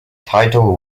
title